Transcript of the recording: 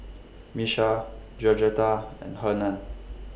Miesha Georgetta and Hernan